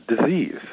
disease